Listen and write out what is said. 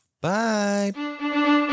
Bye